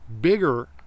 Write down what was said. bigger